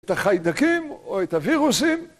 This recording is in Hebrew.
את החיידקים או את הווירוסים